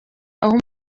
aho